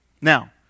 Now